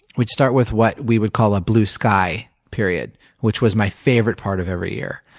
we'd start with what we would call a blue sky period which was my favorite part of every year.